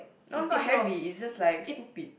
no it's not heavy it's just like stupid